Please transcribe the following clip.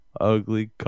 Ugly